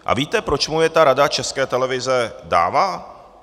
A víte, proč mu je ta Rada České televize dává?